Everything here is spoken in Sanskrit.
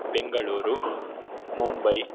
बेङ्गलूरु मुम्बै